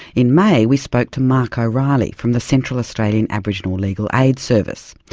in may we spoke to mark o'reilly from the central australian aboriginal legal aid service.